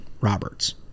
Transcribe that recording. Roberts